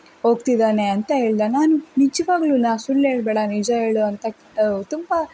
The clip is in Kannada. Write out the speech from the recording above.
ಹೋಗ್ತಿದ್ದಾನೆ ಅಂತ ಹೇಳಿದ ನಾನು ನಿಜ್ವಾಗ್ಲೂ ಸುಳ್ಳು ಹೇಳಬೇಡ ನಿಜ ಹೇಳು ಅಂತ ತುಂಬ